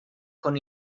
con